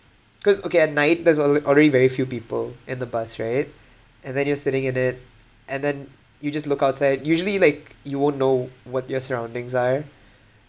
cause okay at night there's al~ already very few people in the bus right and then you're sitting in it and then you just look outside usually like you won't know what your surroundings are